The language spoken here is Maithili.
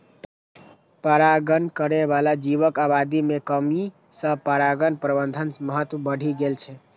परागण करै बला जीवक आबादी मे कमी सं परागण प्रबंधनक महत्व बढ़ि गेल छै